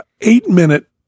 eight-minute